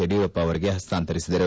ಯಡಿಯೂರಪ್ಪ ಅವರಿಗೆ ಹಸ್ತಾಂತರಿಸಿದರು